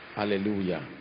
hallelujah